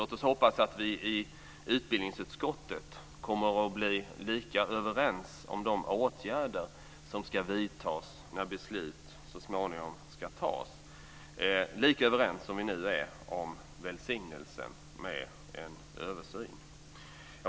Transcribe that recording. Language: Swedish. Låt oss hoppas att vi i utbildningsutskottet kommer att bli lika överens om de åtgärder som ska vidtas när beslut så småningom ska fattas som vi nu är om välsignelsen med en översyn.